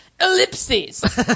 Ellipses